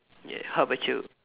yeah how about you